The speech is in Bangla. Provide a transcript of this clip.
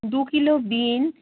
দুকিলো বিনস